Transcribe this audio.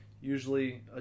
usually